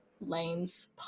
Lane's